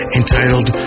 entitled